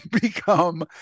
become